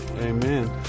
Amen